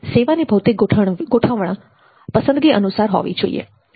સેવાની ભૌતિક ગોઠવણ પસંદગી અનુસાર હોવી જોઈએ